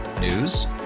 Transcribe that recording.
News